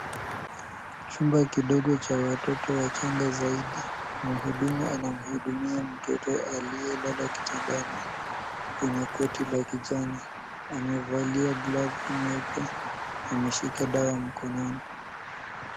Chumba kidogo cha watoto wachanga zaidi, mhudumu anamuhudumia mtoto aliyelala kitadani, kwenye koti la kijani, amevalia glavu nyeupe, ameshika dawa mkononi.